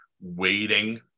waiting